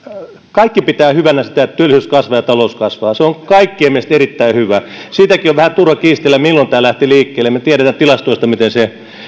kaikki pitävät hyvänä sitä että työllisyys kasvaa ja talous kasvaa se on kaikkien mielestä erittäin hyvä siitäkin on vähän turha kiistellä milloin tämä lähti liikkeelle me tiedämme tilastoista miten se